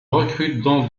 recrutent